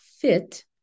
fit